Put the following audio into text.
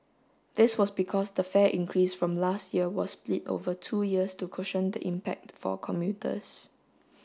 this was because the fare increase from last year was split over two years to cushion the impact for commuters